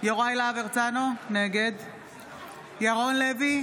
יוראי להב הרצנו, נגד ירון לוי,